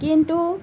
কিন্তু